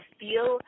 feel